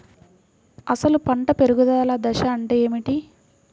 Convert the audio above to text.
అసలు పంట పెరుగుదల దశ అంటే ఏమిటి?